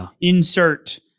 insert